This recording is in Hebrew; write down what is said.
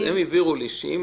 הם הבהירו לי שאם